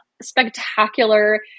spectacular